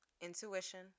Intuition